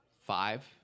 five